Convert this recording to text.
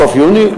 סוף יוני,